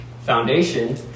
foundation